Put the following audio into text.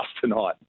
tonight